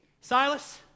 Silas